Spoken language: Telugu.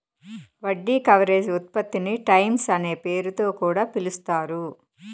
వడ్డీ కవరేజ్ ఉత్పత్తిని టైమ్స్ అనే పేరుతొ కూడా పిలుస్తారు